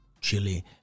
chili